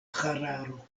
hararo